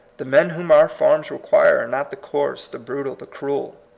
the men whom our farms require are not the coarse, the brutal, the cruel,